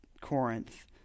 Corinth